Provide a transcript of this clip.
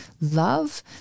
love